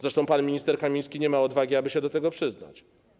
Zresztą pan minister Kamiński nie ma odwagi, aby się do tego przyznać.